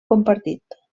compartit